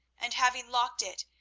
and having locked it,